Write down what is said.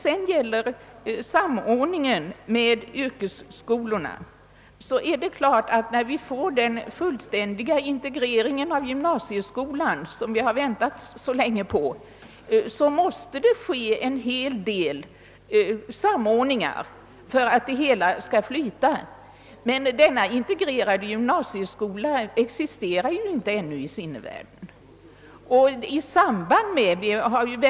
Den fullständigt integrerade gymna sieskola som vi har väntat på så länge förutsätter en samordning mellan bl.a. nuvarande gymnasium och yrkesskola för att det hela skall flyta. Men denna integrerade gymnasieskola existerar ju ännu inte i sinnevärlden.